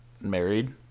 married